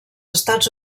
estats